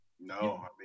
No